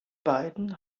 beiden